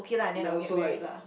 and then also like